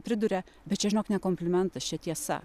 priduria bet čia žinok ne komplimentas čia tiesa